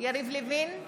יריב לוין,